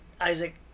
Isaac